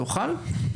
יוכל?